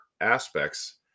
aspects